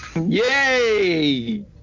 yay